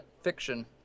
fiction